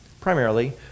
primarily